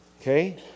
Okay